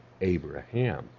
Abraham